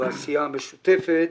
בעשייה משותפת.